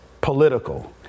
political